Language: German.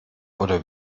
oder